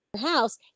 house